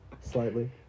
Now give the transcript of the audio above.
Slightly